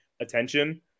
attention